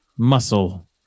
muscle